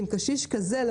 צהריים טובים.